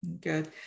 Good